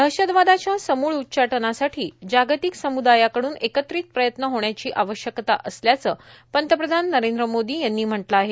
दहशतवादाच्या समूळ उच्चाटनासाठी जागतिक समूदायाकडून एकत्रित प्रयत्न होण्याची आवश्यकता असल्याचं पंतप्रधान नरेंद्र मोदी यांनी म्हटलं आहे